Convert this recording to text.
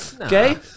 Okay